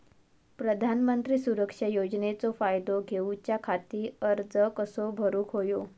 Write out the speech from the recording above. प्रधानमंत्री सुरक्षा योजनेचो फायदो घेऊच्या खाती अर्ज कसो भरुक होयो?